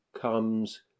comes